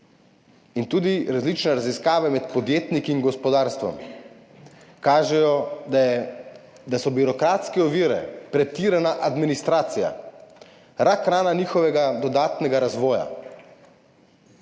In tudi različne raziskave med podjetniki in gospodarstvom kažejo, da so birokratske ovire, pretirana administracija rak rana njihovega dodatnega razvoja.